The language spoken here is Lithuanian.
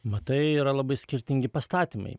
matai yra labai skirtingi pastatymai